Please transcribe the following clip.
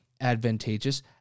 advantageous